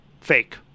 fake